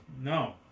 No